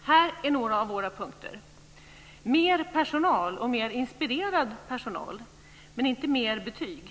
Här är några av våra punkter. Vi vill ha mer personal och mer inspirerad personal, men inte mer betyg.